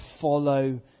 follow